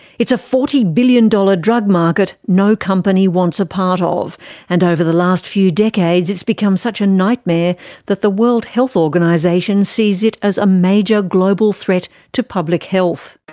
it's a forty billion dollar drug market no company wants a part of and over the last few decades it's become such a nightmare that the world health organisation sees it as major global threat to public health.